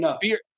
beer